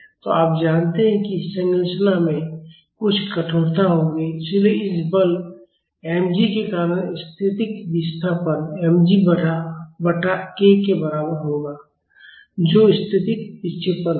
तो आप जानते हैं कि इस संरचना में कुछ कठोरता होगी इसलिए इस बल mg के कारण स्थैतिक विस्थापन mg बटा k के बराबर होगा जो स्थैतिक विक्षेपण होगा